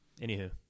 Anywho